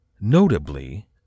Notably